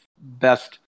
best